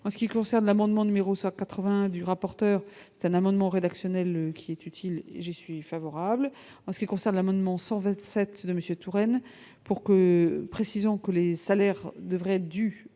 en ce qui concerne l'amendement numéro 181 du rapporteur c'est un amendement rédactionnel qui est utile et j'y suis favorable en ce qui concerne l'amendement 127 de Monsieur Touraine pour que, précisant que les salaires devraient être du